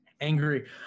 angry